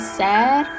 sad